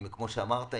כמו שאמרת,